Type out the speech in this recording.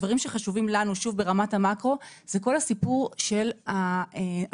דברים שחשובים לנו ברמת המקרו זה כל הסיפור של הנוהל.